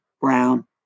Brown